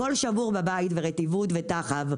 הכול שבור בבית, רטיבות וטחב.